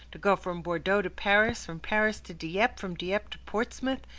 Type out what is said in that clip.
to go from bordeaux to paris, from paris to dieppe, from dieppe to portsmouth,